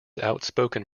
outspoken